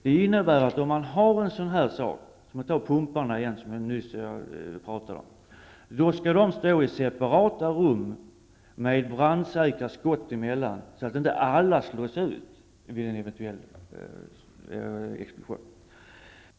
Det innebär att om man har flera pumpar, skall de stå i separata rum med brandsäkra skott emellan, så att inte alla slås ut vid en eventuell explosion.